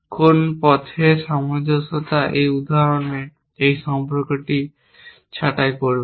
কোন পথের সামঞ্জস্যতা এই উদাহরণে এই সম্পর্কটিকে ছাঁটাই করবে